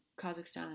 kazakhstan